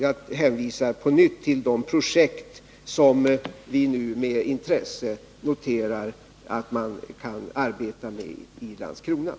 Jag hänvisar på nytt till de projekt som vi nu med intresse noterar att man kan arbeta med i Nr 21